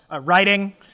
writing